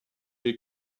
est